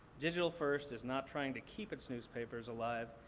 digital first is not trying to keep its newspapers alive,